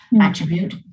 attribute